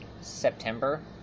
September